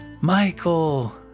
Michael